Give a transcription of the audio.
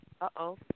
Uh-oh